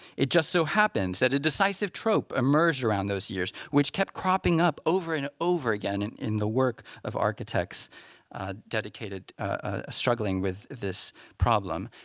it just so happens that a decisive trope emerged around those years which kept cropping up over and over again and in the work of architects dedicated ah struggling with this problem.